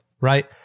right